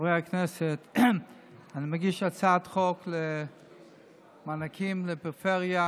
חברי הכנסת, אני מגיש הצעת חוק למענקים לפריפריה,